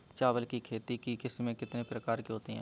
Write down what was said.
चावल की खेती की किस्में कितने प्रकार की होती हैं?